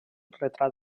retrat